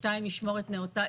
השנייה, משמורת נאותה.